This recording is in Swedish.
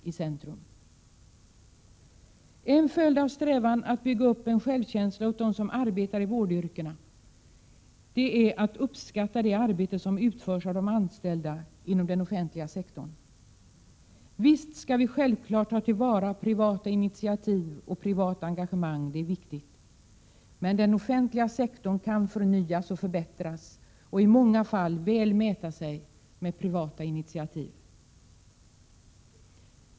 25 maj 1988 Ett led i strävan att bygga upp en självkänsla hos dem som arbetar i vårdyrkena är att uppskatta det arbete som utförs av anställda inom den offentliga sektorn. Självfallet skall vi ta till vara privata initiativ och engagemang. Det är viktigt. Men den offentliga sektorn kan förnyas och förbättras och i många fall väl mäta sig med privata initiativ.